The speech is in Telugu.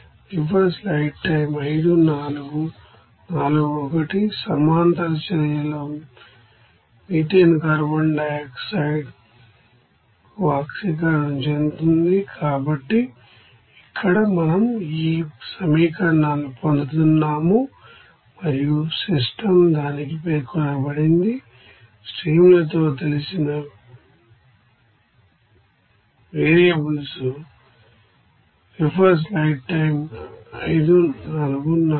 parallel reaction methane carbon dioxide కు ఆక్సిడైజ్డ్ అవుతుంది కాబట్టి ఇక్కడ మనం ఈ పొందుతున్నాము మరియు సిస్టమ్ దానికి పేర్కొనబడింది స్ట్రీమ్ లతో తెలిసిన వేరియబుల్స్ మరియు తెలియని వేరియబుల్స్